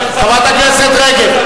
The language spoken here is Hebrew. אין, חברת הכנסת רגב.